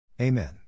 Amen